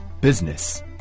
business